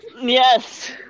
Yes